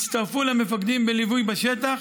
הצטרפו למפקדים בליווי בשטח,